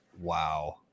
Wow